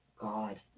God